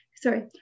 sorry